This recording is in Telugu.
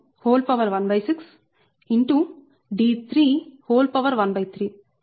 13 ఇది 74 వ సమీకరణం